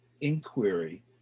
inquiry